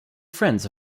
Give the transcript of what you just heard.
friends